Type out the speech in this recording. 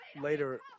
later